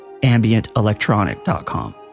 AmbientElectronic.com